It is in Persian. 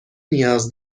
نیاز